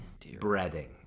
breading